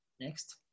Next